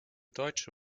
deutsche